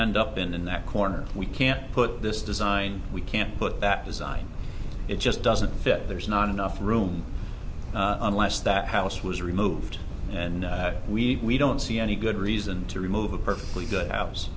end up in that corner we can't put this design we can't put back design it just doesn't fit there's not enough room unless that house was removed and we don't see any good reason to remove a perfectly good house